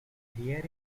hear